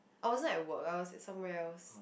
I wasn't like work else in somewhere else